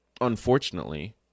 unfortunately